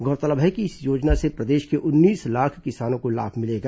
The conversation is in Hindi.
गौरतलब है कि इस योजना से प्रदेश के उन्नीस लाख किसानों को लाभ मिलेगा